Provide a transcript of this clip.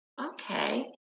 okay